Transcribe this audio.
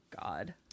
God